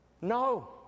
No